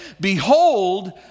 behold